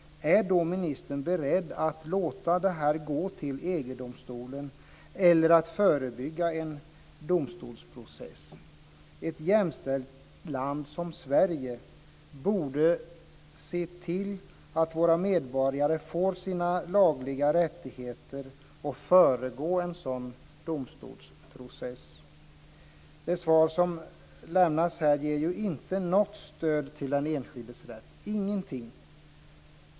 Är då ministern bereddd att låta detta gå till EG-domstolen eller är hon beredd att förebygga en domstolsprocess? Ett jämställt land som Sverige borde se till att dess medborgare får sina lagliga rättigheter. Därför borde man föregå en sådan domstolsprocess. Det svar som lämnas här ger ju inte något stöd till den enskildes rätt, inte alls.